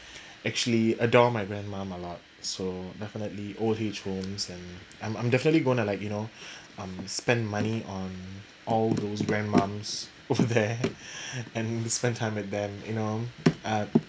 actually adore my grandmum a lot so definitely old age homes and I'm I'm definitely going to like you know um spend money on all those grandmums over there and and spend time with them you know uh